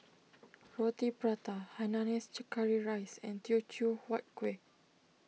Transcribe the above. Roti Prata Hainanese Curry Rice and Teochew Huat Kueh